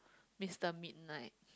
Mister Midnight